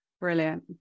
Brilliant